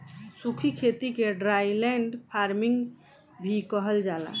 सूखी खेती के ड्राईलैंड फार्मिंग भी कहल जाला